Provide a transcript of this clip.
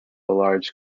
large